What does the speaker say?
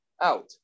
out